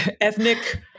ethnic